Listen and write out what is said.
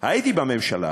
הייתי בממשלה.